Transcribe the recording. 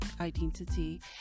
identity